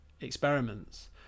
experiments